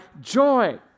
joy